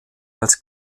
als